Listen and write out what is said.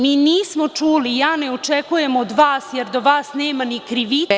Mi nismo čuli, ja ne očekujem od vas, jer do vas nema ni krivice…